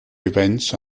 events